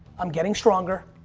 i'm getting stronger.